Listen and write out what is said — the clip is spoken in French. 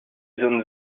zone